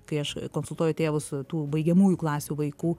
kai aš konsultuoju tėvus tų baigiamųjų klasių vaikų